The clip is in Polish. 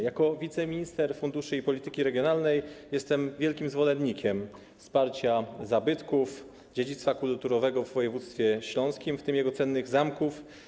Jako wiceminister funduszy i polityki regionalnej jestem wielkim zwolennikiem wsparcia zabytków, dziedzictwa kulturowego w województwie śląskim, w tym jego cennych zamków.